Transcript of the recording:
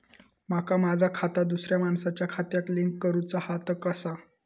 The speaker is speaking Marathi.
माका माझा खाता दुसऱ्या मानसाच्या खात्याक लिंक करूचा हा ता कसा?